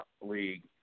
league